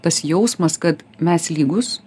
tas jausmas kad mes lygūs